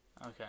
Okay